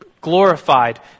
glorified